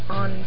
on